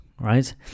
right